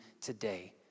today